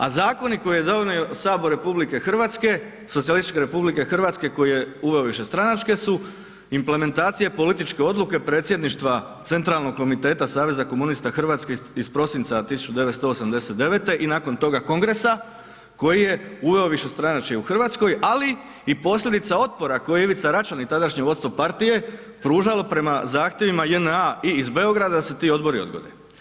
A zakoni koje je donio Sabor RH, Socijalističke RH koji je uveo višestranačke su implementacije političke odluke predsjedništva centralnog komiteta Saveza komunista Hrvatske iz prosinca 1989. i nakon toga kongresa koji je uveo višestranačje u Hrvatskoj ali i posljedica otpora koje je Ivica Račan i tadašnje vodstvo partije pružalo prema zahtjevima JNA i iz Beograda da se ti odbori odgode.